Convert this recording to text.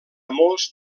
molts